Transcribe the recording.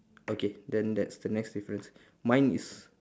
okay then that's the next difference mine is